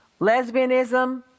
Lesbianism